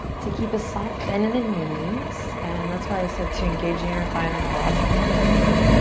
to keep a soft bend in and the knees and that's why i said to engage your inner thigh and the quads to protect the knees.